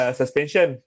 suspension